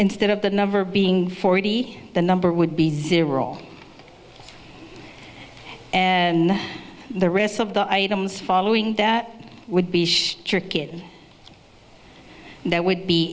instead of the number being forty the number would be zero and the rest of the items following that would be good that would be